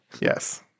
Yes